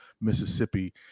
mississippi